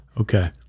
okay